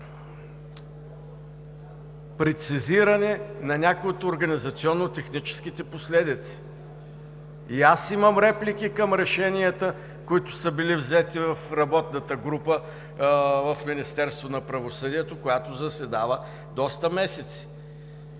прецизиране на някои от организационно-техническите последици. И аз имам реплики към решенията, взети в работната група в Министерството на правосъдието, която заседава доста месеци.